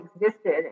existed